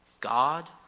God